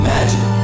Magic